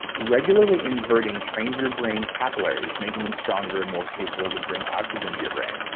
regularly inverting trains your brain capillaries making them stronger, and more capable to bring oxygen to your brain.